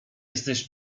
jesteś